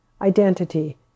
identity